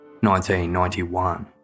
1991